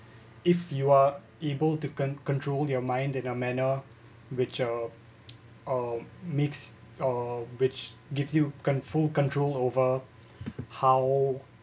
if you are able to con~ control your mind in a manner which are a mix of which gives you can full control over how